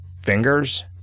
fingers